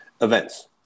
Events